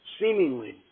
seemingly